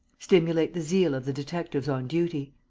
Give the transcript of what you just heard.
stimulate the zeal of the detectives on duty.